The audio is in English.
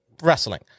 wrestling